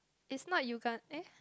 is not Yoogan~